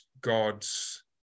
God's